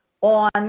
on